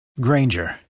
Granger